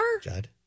Judd